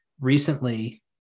recently